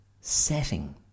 setting